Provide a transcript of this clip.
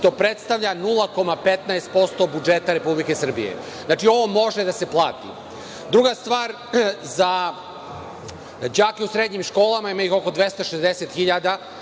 što predstavlja 0,15% budžeta Republike Srbije. Znači, ovo može da se plati. Druga stvar, za đake u srednjim školama, ima ih oko 260